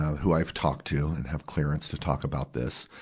who i've talked to and have clearance to talk about this,